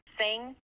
Sing